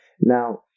Now